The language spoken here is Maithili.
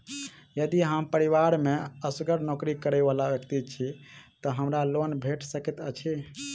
यदि हम परिवार मे असगर नौकरी करै वला व्यक्ति छी तऽ हमरा लोन भेट सकैत अछि?